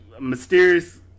mysterious